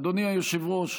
אדוני היושב-ראש,